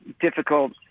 difficult